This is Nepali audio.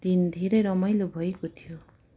दिन धेरै रमाइलो भएको थियो